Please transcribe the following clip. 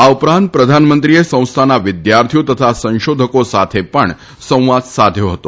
આ ઉપરાંત પ્રધાનમંત્રીએ સંસ્થાના વિદ્યાર્થીઓ તથા સંશોધકો સાથ પણ સંવાદ સાધ્યો હતો